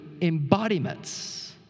embodiments